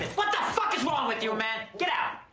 what the fuck is wrong with you, man? get out!